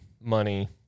money